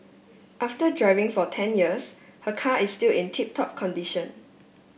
after driving for ten years her car is still in tip top condition